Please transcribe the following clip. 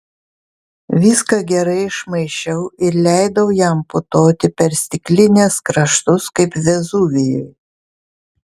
viską gerai išmaišiau ir leidau jam putoti per stiklinės kraštus kaip vezuvijui